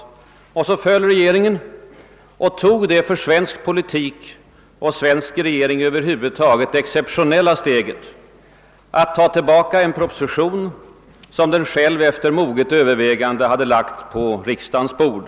Så föll då regeringen undan och tog det för svensk politik och för en regering över huvud taget exceptionella steget att ta tillbaka en proposition som den själv efter moget övervägande lagt på riksdagens bord.